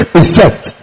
effect